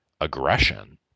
aggression